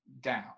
down